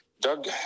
Doug